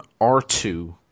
R2